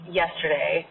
yesterday